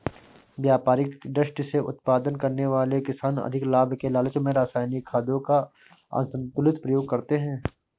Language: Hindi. व्यापारिक दृष्टि से उत्पादन करने वाले किसान अधिक लाभ के लालच में रसायनिक खादों का असन्तुलित प्रयोग करते हैं